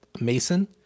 Mason